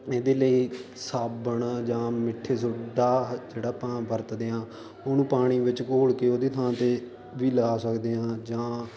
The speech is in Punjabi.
ਇਹਦੇ ਲਈ ਸਾਬਣ ਜਾਂ ਮਿੱਠੇ ਸੋਡਾ ਜਿਹੜਾ ਆਪਾਂ ਵਰਤਦੇ ਹਾਂ ਉਹਨੂੰ ਪਾਣੀ ਵਿੱਚ ਘੋਲ ਕੇ ਉਹਦੀ ਥਾਂ 'ਤੇ ਵੀ ਲਗਾ ਸਕਦੇ ਹਾਂ ਜਾਂ